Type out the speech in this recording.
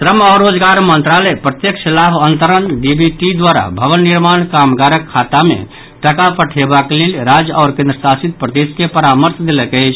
श्रम आओर रोजगार मंत्रालय प्रत्यक्ष लाभ अंतरण डीबीटी द्वारा भवन निर्माण कामगारक खाता मे टका पठेबाक लेल राज्य आओर केन्द्रशासित प्रदेश के परामर्श देलक अछि